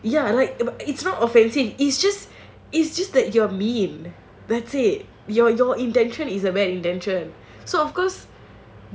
ya and like it's not offensive is just is just that you're mean that's it your your intention is a bad intention so of course